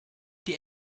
die